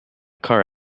car